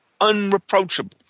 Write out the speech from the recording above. unreproachable